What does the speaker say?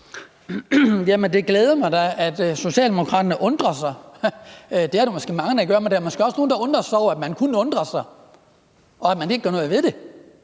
Det glæder mig da, at Socialdemokraterne undrer sig. Det er der måske mange der gør. Der er måske også nogle, der undrer sig over, at man kun undrer sig og ikke gør noget ved det.